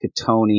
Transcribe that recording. Catoni